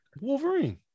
Wolverine